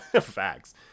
Facts